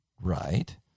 right